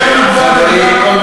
צ'ה גווארה, טוב, חברים.